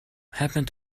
happened